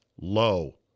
low